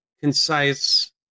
concise